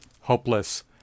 hopeless